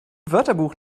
wörterbuch